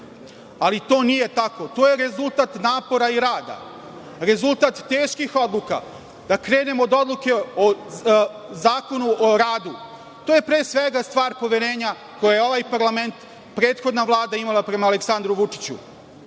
ali to nije tako. To je rezultat napora i rada, rezultat teških odluka. Da krenemo od odluke o Zakonu o radu. To je pre svega stvar poverenja koje je ovaj parlament i prethodna Vlada imala prema Aleksandru Vučiću. Kada